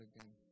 again